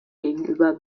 gegenüber